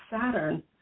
Saturn